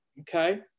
okay